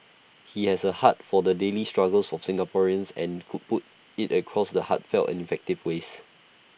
he has A heart for the daily struggles of Singaporeans and could put IT across the heartfelt and effective ways